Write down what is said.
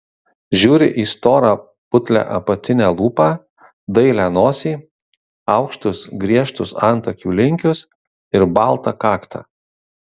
žiūri į storą putlią apatinę lūpą dailią nosį aukštus griežtus antakių linkius ir baltą kaktą